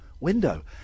window